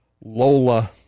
lola